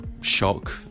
shock